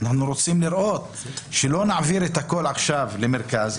אנחנו רוצים לראות שלא נעביר הכול עכשיו למרכז,